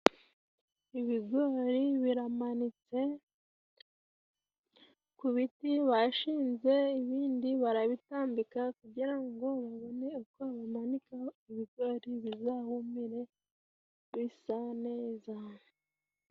Ibigori biramanitse ku biti bashinze, ibindi barabitambika kugira ngo babone uko bamanikaho ibigori bizahumire bisa neza.